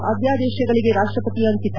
ಅದ್ಯಾದೇಶಗಳಿಗೆ ರಾಷ್ಟ್ರಪತಿ ಅಂಕಿತ